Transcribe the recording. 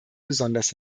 besonders